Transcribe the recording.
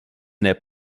n’est